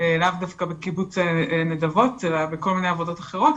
לאו דווקא בקיבוץ נדבות אלא בכל מיני עבודות אחרות,